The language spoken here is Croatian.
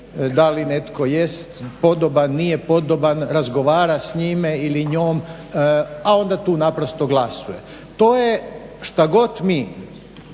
da li netko jest podoban, nije podoban razgovara s njime ili njom, a onda tu naprosto glasuje. To je šta god mi